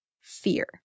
Fear